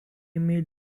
made